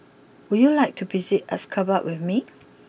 would you like to visit Ashgabat with me